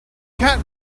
cat